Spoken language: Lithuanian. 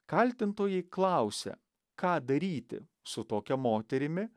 kaltintojai klausia ką daryti su tokia moterimi